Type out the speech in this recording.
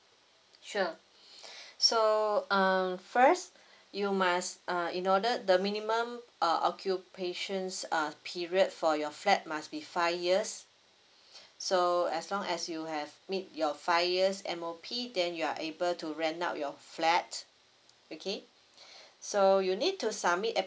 sure so um first you must err in order the minimum err occupation err period for your flat must be five years so as long as you have meet your five years M_O_P then you are able to rent out your flat okay so you need to submit